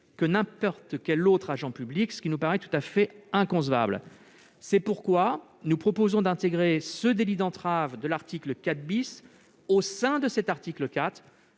que n'importe quel autre agent public, ce qui nous paraît tout à fait inconcevable. C'est pourquoi nous proposons d'intégrer le délit d'entrave de l'article 4 à l'article 4,